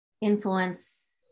influence